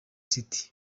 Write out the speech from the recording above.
city